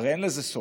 הרי אין לזה סוף.